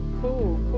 cool